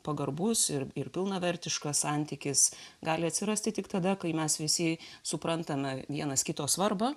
pagarbus ir ir pilnavertiškas santykis gali atsirasti tik tada kai mes visi suprantame vienas kito svarbą